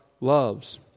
loves